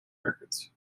records